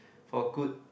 for good